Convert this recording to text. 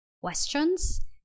questions